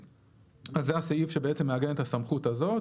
אז זה הסעיף שבעצם מעגן את הסמכות הזאת,